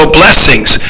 blessings